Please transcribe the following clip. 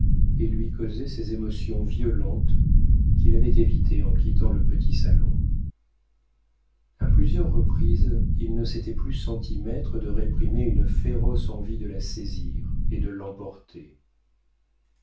et lui causait ces émotions violentes qu'il avait évitées en quittant le petit salon a plusieurs reprises il ne s'était plus senti maître de réprimer une féroce envie de la saisir et de l'emporter